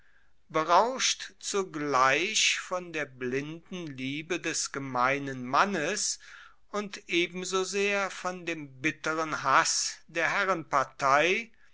berauscht zugleich von der blinden liebe des gemeinen mannes und ebenso sehr von dem bitteren hass der